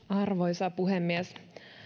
arvoisa puhemies